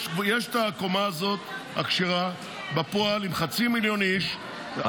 יש את הקומה הכשרה הזאת בפועל, עם חצי מיליון איש.